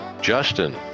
Justin